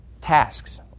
tasks